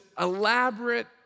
elaborate